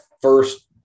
first